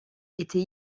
était